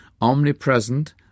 Omnipresent